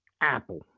Apple